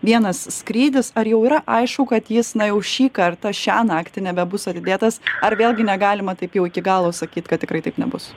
vienas skrydis ar jau yra aišku kad jis na jau šį kartą šią naktį nebebus atidėtas ar vėlgi negalima taip jau iki galo sakyt kad tikrai taip nebus